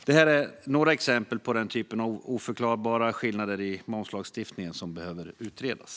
Detta är några exempel på den typ av oförklarliga skillnader i momslagstiftningen som behöver utredas.